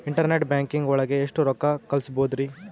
Internet banking ಒಳಗೆ ಎಷ್ಟ್ ರೊಕ್ಕ ಕಲ್ಸ್ಬೋದ್ ರಿ?